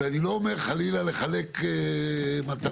ואני לא אומר חלילה לחלק מתנות,